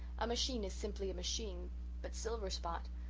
a machine is simply a machine but silverspot,